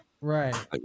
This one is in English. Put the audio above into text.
Right